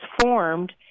formed